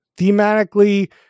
thematically